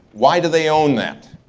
why do they own that?